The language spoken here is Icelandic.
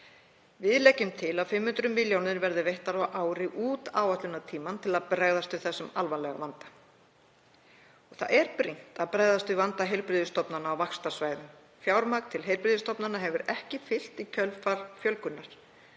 Við leggjum til að 500 milljónir kr. verði veittar á ári út áætlunartímann til að bregðast við þessum alvarlega vanda. Brýnt er að bregðast við vanda heilbrigðisstofnana á vaxtarsvæðum. Fjármagn til heilbrigðisstofnana hefur ekki fylgt í kjölfar fjölgunar